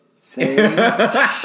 Say